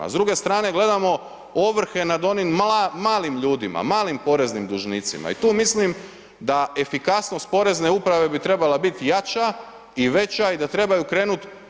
A s druge strane gledamo ovrhe nad onim malim ljudima, malim poreznim dužnicima i tu mislim da efikasnost porezne uprave bi trebala biti jača i veća i da trebaju krenuti.